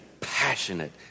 passionate